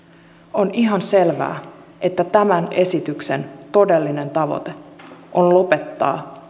on ihan selvää että tämän esityksen todellinen tavoite on lopettaa